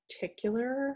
particular